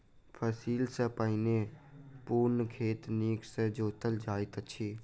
फसिल सॅ पहिने पूर्ण खेत नीक सॅ जोतल जाइत अछि